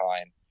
time